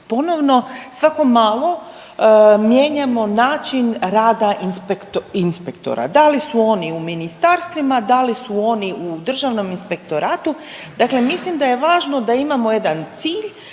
ponovno svako malo mijenjamo način rada inspektora, da li su oni u ministarstvima, da li su oni u Državnom inspektoratu, dakle mislim da je važno da imamo jedan cilj,